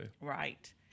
Right